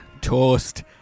Toast